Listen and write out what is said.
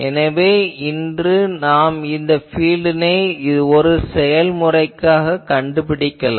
எனவே இன்று நாம் பீல்ட்டினை இந்த ஒரு செயல்முறைக்குக் கண்டுபிடிக்கலாம்